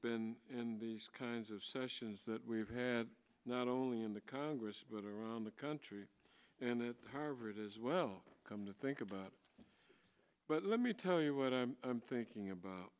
been in these kinds of sessions that we've had not only in the congress but around the country and that harvard is well come to think about it but let me tell you what i'm thinking about